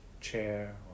chair